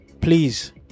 please